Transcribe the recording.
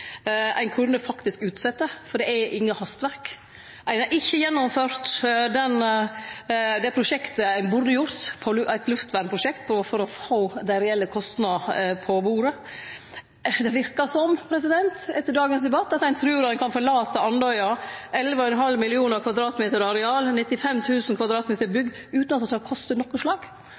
Ein kunne faktisk utsett det, for det er ikkje noko hastverk. Ein har ikkje gjennomført det prosjektet ein burde gjort, eit luftvernprosjekt, for å få dei reelle kostnadene på bordet. Det verkar etter dagens debatt som at ein trur ein kan forlate Andøya – 11,5 millionar m 2 areal og 95 000 m 2 bygg – utan at det skal koste noko.